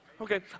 Okay